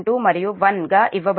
2 మరియు 1 ఇవ్వబడుతుంది